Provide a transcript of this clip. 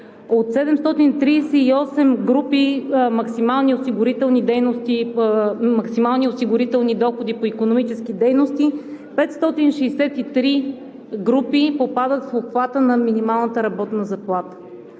От 738 групи – максимални осигурителни доходи по икономически дейности – 563 групи, попадат в обхвата на минималната работна заплата.